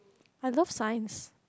I love science